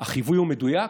החיווי הוא מדויק?